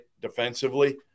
defensively